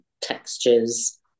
textures